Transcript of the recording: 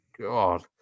god